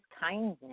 kindness